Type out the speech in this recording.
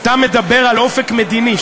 אתה מדבר על אופק מדיני,